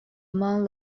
among